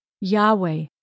Yahweh